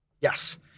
Yes